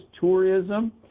tourism